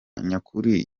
nyakuri